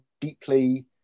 deeply